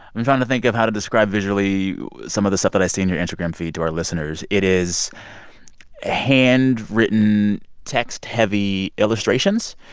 i'm trying to think of how to describe visually some of the stuff that i see in your instagram feed to our listeners. it is handwritten, text-heavy illustrations?